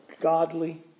godly